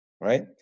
Right